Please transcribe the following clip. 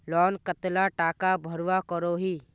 Loan कतला टाका भरवा करोही?